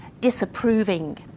disapproving